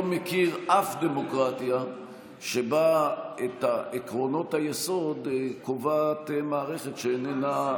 לא מכיר אף דמוקרטיה שבה את עקרונות היסוד קובעת מערכת שאיננה,